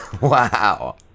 Wow